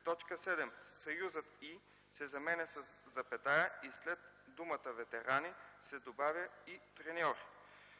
В т. 7 съюзът „и” се заменя със запетая и след думата „ветерани” се добавя „и треньори”.